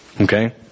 Okay